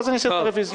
ואז אסיר את הרוויזיה.